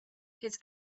his